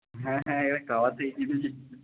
হ্যাঁ হ্যাঁ